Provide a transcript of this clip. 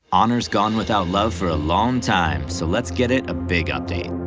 honor's gone without love for a long time, so let's get it a big update!